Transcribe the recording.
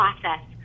process